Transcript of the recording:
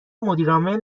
مدیرعامل